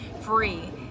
free